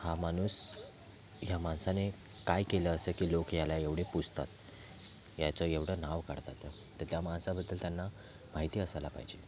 हा माणूस ह्या माणसाने काय केलं असे की लोक याला एवढे पूजतात याचं एवढं नाव काढतात त त्या माणसाबद्दल त्यांना माहिती असायला पाहिजे